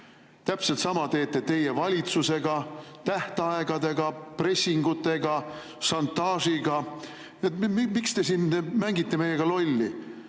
Täpselt sama teete teie valitsusega – tähtaegadega, pressinguga, šantaažiga. Miks te siin mängite meiega lolli?